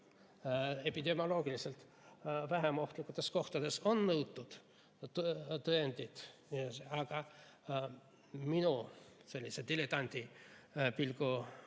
epidemioloogiliselt vähem ohtlikes kohtades, on nõutud tõendit, aga minu diletandipilgu